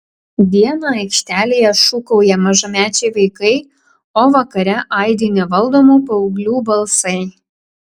dieną aikštelėje šūkauja mažamečiai vaikai o vakare aidi nevaldomų paauglių balsai